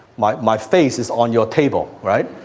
my my face is on your table, right?